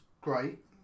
great